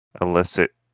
illicit